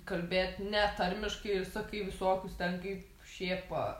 kalbėt ne tarmiškai ir sakai visokius ten kaip šėpa